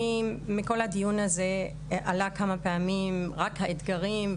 אני קודם כל מברך על קיום הדיון החשוב הזה בנושא חיזוק התעסוקה